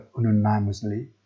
unanimously